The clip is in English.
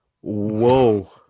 Whoa